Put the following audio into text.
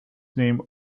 name